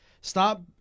stop